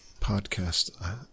podcast